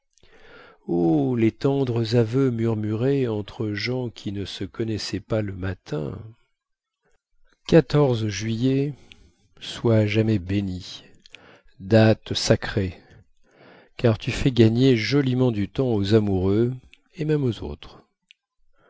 oh les tendres aveux murmurés entre gens qui ne se connaissaient pas le matin juillet sois à jamais bénie date sacrée car tu fais gagner joliment du temps aux amoureux et même aux autres